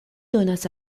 donas